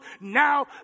Now